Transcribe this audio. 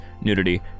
nudity